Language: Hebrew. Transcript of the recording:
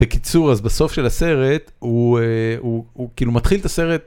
בקיצור אז בסוף של הסרט הוא כאילו מתחיל את הסרט.